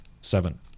Seven